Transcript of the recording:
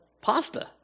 pasta